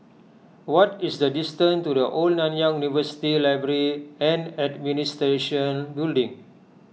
what is the distance to the Old Nanyang University Library and Administration Building